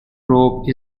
rope